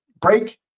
break